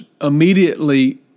immediately